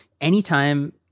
Anytime